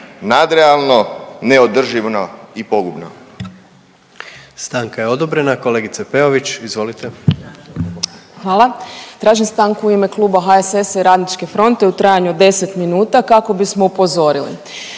Nadrealno neodrživo i pogubno.